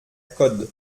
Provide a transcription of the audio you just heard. code